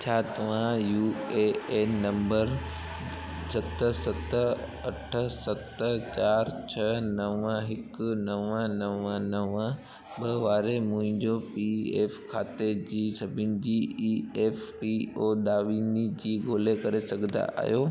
छा तव्हां U A N number सत सत अठ सत चारि छह नव हिकु नव नव नव ॿ वारे मुंहिंजे पी एफ खाते जे सभिनी ई एफ पी ओ दावनि जी ॻोल्हा करे सघंदा आहियो